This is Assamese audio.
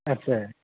আচ্ছা